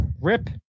Rip